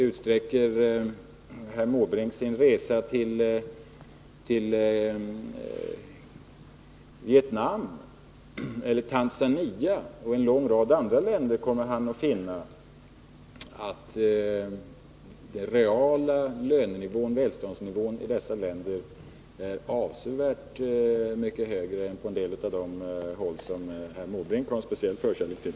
Utsträcker herr Måbrink sin resa till Vietnam eller Tanzania och en lång rad andra länder, kommer han att finna att den reala välståndsnivån i dessa länder är avsevärt mycket högre än i en del av de länder som herr Måbrink har en speciell förkärlek till.